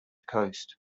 coast